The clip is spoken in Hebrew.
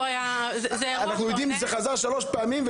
זה חזר שלוש פעמים.